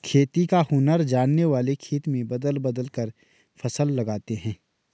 खेती का हुनर जानने वाले खेत में बदल बदल कर फसल लगाते हैं